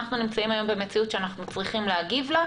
אנחנו נמצאים היום במציאות שאנחנו צריכים להגיב לה.